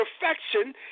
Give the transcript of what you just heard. perfection